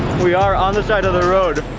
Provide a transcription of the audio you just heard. we are on the side of the road.